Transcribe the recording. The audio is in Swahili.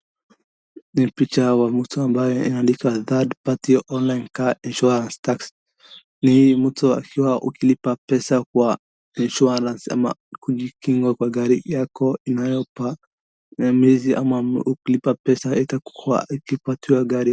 Ni picha ya mtu mbayo imeandikwa third party only car insurance tax ni mtu akiwa ukilipa pesa kwa insurance ama kujikinga kwa gari yako inayopa ya miezi ama ukilipa pesa utakuwa ukipatiwa hiyo gari.